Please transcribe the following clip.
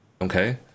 Okay